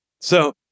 So-